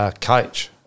coach